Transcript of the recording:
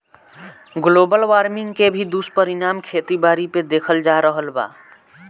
global warming के भी दुष्परिणाम खेती बारी पे देखल जा रहल बा